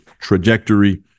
trajectory